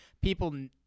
people